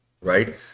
right